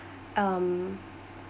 um